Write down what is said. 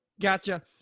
Gotcha